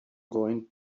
going